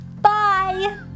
Bye